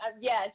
Yes